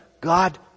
God